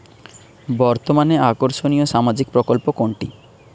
বর্তমানে আকর্ষনিয় সামাজিক প্রকল্প কোনটি?